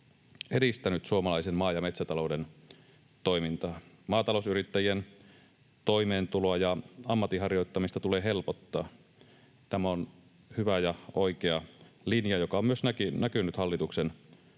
edistänyt suomalaisen maa- ja metsätalouden toimintaa. Maatalousyrittäjien toimeentuloa ja ammatinharjoittamista tulee helpottaa. Tämä on hyvä ja oikea linja, joka on myös näkynyt hallituksen